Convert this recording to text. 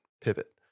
pivot